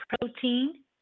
protein